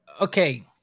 Okay